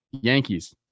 Yankees